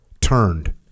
turned